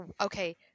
okay